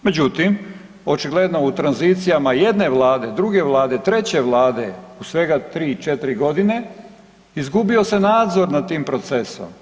Međutim, očigledno u tranzicijama jedne vlade, druge vlade, treće vlade, u svega 3-4 godine izgubio se nadzor nad tim procesom.